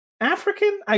African